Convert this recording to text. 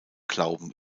glauben